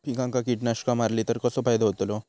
पिकांक कीटकनाशका मारली तर कसो फायदो होतलो?